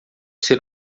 ser